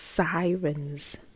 sirens